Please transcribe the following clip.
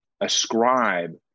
ascribe